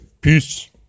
Peace